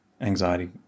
anxiety